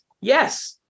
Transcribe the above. Yes